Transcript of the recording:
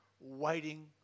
waiting